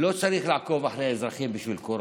לא צריך לעקוב אחרי האזרחים בשביל קורונה,